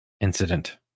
incident